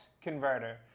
converter